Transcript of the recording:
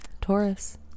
Taurus